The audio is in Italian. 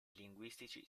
linguistici